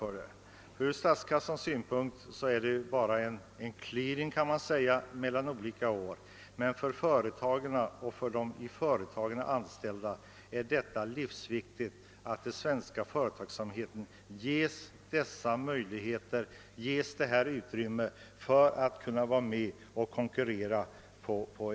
Från statskassans synpunkt är det bara fråga om en clearing mellan olika år, men för företagen och deras anställda är det livsviktigt att den svenska företagsamheten på detta sätt ges möjlighet att konkurrera.